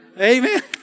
Amen